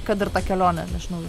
kad ir ta kelionė nežinau